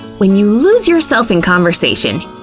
when you lose yourself in conversation,